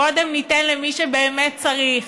קודם ניתן למי שבאמת צריך.